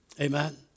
Amen